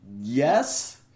Yes